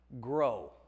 grow